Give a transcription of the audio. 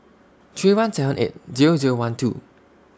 three one seven eight Zero Zero one two